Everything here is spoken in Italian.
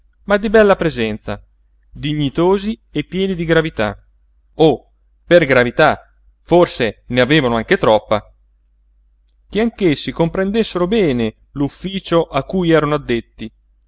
ma di bella presenza dignitosi e pieni di gravità oh per gravità forse ne avevano anche troppa che anch'essi comprendessero bene l'ufficio a cui erano addetti